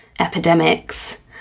epidemics